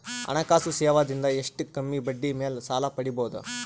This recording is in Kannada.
ಹಣಕಾಸು ಸೇವಾ ದಿಂದ ಎಷ್ಟ ಕಮ್ಮಿಬಡ್ಡಿ ಮೇಲ್ ಸಾಲ ಪಡಿಬೋದ?